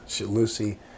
Lucy